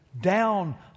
down